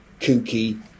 kooky